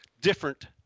different